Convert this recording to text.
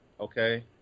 okay